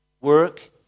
Work